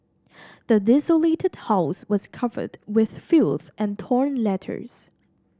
the desolated house was covered with filth and torn letters